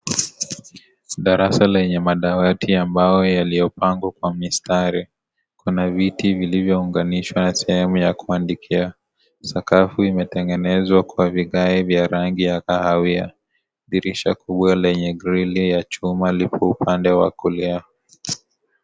Darasa lenye madawati ya mbao yaliyopangwa kwa mistari, kuna viti viliyounganishwa na sehemu ya kuandikia, sakafu imetengenezwa kwa vigae vya rangi ya kahawa, dirisha kubwa lenye grilli ya chuma liko upande wa kulia.